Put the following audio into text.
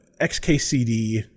xkcd